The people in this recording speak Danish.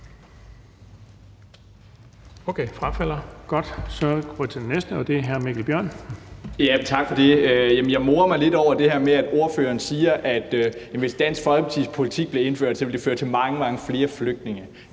hun frafalder. Så går vi til den næste, og det er hr. Mikkel Bjørn. Kl. 19:31 Mikkel Bjørn (DF): Tak for det. Jeg morer mig lidt over det her med, at ordføreren siger, at hvis Dansk Folkepartis politik blev indført, ville det føre til mange, mange flere flygtninge.